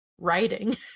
Writing